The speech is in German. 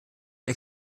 des